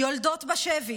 יולדות בשבי